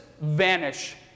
vanish